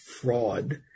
fraud